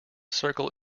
circle